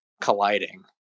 colliding